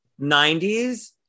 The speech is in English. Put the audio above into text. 90s